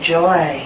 joy